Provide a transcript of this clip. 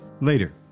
later